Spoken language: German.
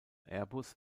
airbus